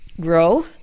grow